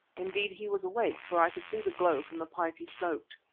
indeed, he was awake, for i could see the glow from the pipe he smoked.